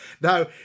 Now